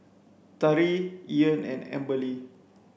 Tari Ean and Amberly